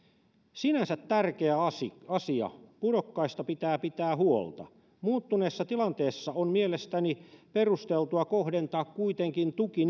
sinänsä tärkeä asia asia pudokkaista pitää pitää huolta muuttuneessa tilanteessa on mielestäni perusteltua kohdentaa kuitenkin tuki